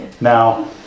Now